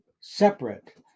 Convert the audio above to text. separate